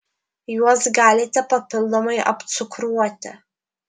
juos galite papildomai apcukruoti